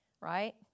right